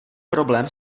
problém